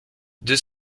deux